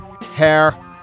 hair